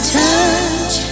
touch